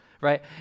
right